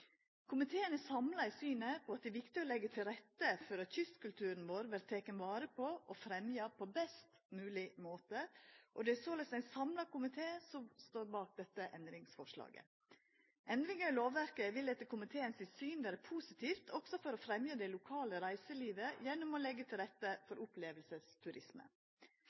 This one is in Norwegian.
Komiteen er samla i synet om at det er viktig å leggja til rette for at kystkulturen vår vert teken vare på og fremja på best mogeleg måte, og det er såleis ein samla komité som står bak dette endringsforslaget. Endringa i lovverket vil etter komiteens syn vera positiv også med tanke på å fremja det lokale reiselivet, gjennom å leggja til rette for